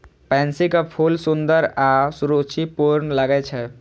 पैंसीक फूल सुंदर आ सुरुचिपूर्ण लागै छै